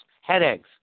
Headaches